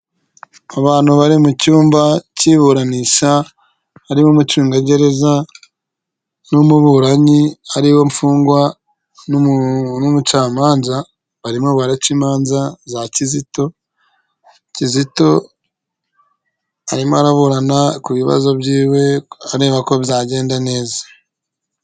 Abantu bari mu cyumba cy'iburanisha, harimo umucungagereza n'umuburanyi ariwe mfungwa n'umucamanza, barimo baraca imanza za Kizito, Kizito arimo araburana ku bibazo byiwe areba ko bizagenda neza.